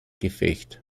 gefecht